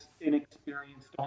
inexperienced